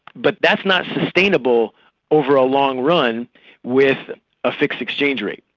but that's not sustainable over a long run with a fixed exchange rate.